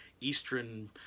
Eastern